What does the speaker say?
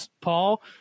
Paul